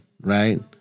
right